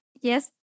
yes